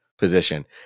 position